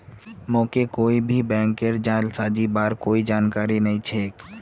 मोके कोई भी बैंकेर जालसाजीर बार कोई जानकारी नइ छेक